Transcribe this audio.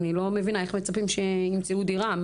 אני לא מבינה איך מצפים שימצאו דירה?